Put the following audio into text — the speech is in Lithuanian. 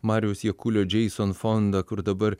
mariaus jakulio džeison fondą kur dabar